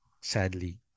sadly